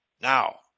Now